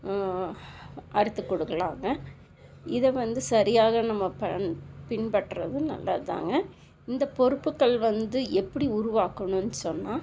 அறுத்துக் கொடுக்கலாங்க இதை வந்து சரியாக நம்ம ப பின்பற்றதும் நல்லதுதாங்க இந்த பொறுப்புக்கள் வந்து எப்படி உருவாக்கணுன் சொன்னால்